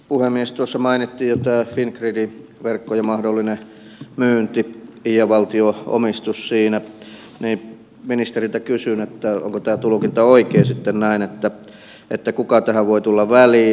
kun tuossa mainittiin jo tämä fingridin verkkojen mahdollinen myynti ja valtion omistus siinä niin ministeriltä kysyn onko tämä tulkinta oikea sitten näin että kuka tähän voi tulla väliin